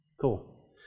Cool